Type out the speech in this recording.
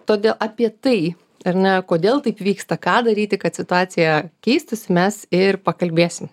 todėl apie tai ar ne kodėl taip vyksta ką daryti kad situacija keistųsi mes ir pakalbėsim